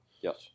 Yes